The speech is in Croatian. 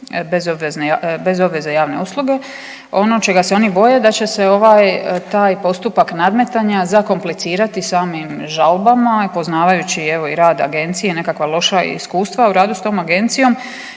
bez obveze javne usluge ono čega se oni boje da će se ovaj, taj postupak nadmetanja zakomplicirati samim žalbama i poznavajući evo i rad agencije i nekakva loša iskustva u radu s tom agencijom